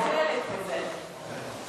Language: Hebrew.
אתמול